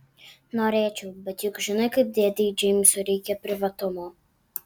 norėčiau bet juk žinai kaip dėdei džeimsui reikia privatumo